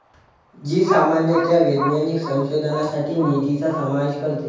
जी सामान्यतः वैज्ञानिक संशोधनासाठी निधीचा समावेश करते